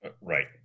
Right